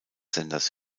senders